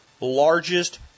largest